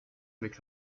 avec